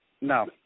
no